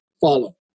follow